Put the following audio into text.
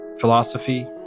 philosophy